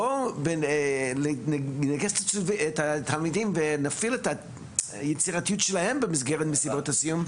בואו נרגש את התלמידים ונפעיל את היצירתיות שלהם במסגרת מסיבות הסיום,